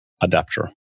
adapter